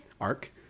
Arc